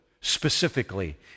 specifically